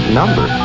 number